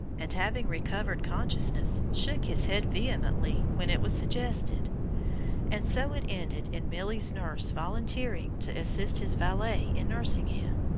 and having recovered consciousness shook his head vehemently when it was suggested and so it ended in milly's nurse volunteering to assist his valet in nursing him.